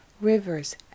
rivers